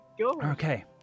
Okay